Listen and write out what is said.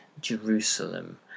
Jerusalem